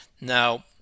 Now